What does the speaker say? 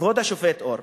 כבוד השופט אור.